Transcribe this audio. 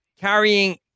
carrying